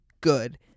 good